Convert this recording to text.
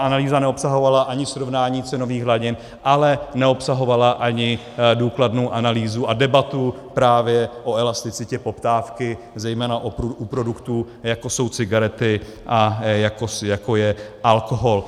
Analýza neobsahovala ani srovnání cenových hladin, ale neobsahovala ani důkladnou analýzu a debatu právě o elasticitě poptávky, zejména u produktů, jako jsou cigarety a jako je alkohol.